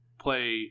play